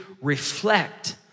reflect